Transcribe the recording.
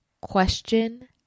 question